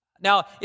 Now